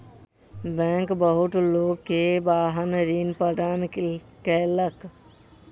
bank बहुत लोक के वाहन ऋण प्रदान केलक